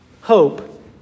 hope